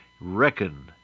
Reckon